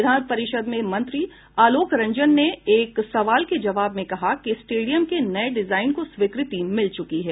विधान परिषद में मंत्री आलोक रंजन ने एक सवाल के जवाब में कहा कि स्टेडियम के नये डिजाइन को स्वीकृति मिल चुकी है